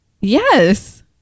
yes